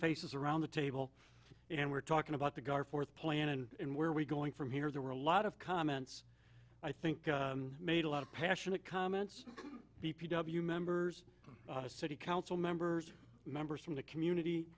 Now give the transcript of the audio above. faces around the table and we're talking about the guard fourth plan and where we going from here there were a lot of comments i think made a lot of passionate comments b p w members city council members members from the community